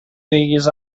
diguis